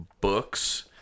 books